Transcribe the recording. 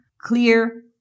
clear